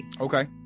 okay